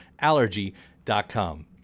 Allergy.com